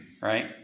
right